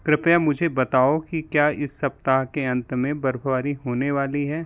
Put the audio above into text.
कृपया मुझे बताओ कि क्या इस सप्ताह के अंत में बर्फ़बारी होने वाली है